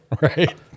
Right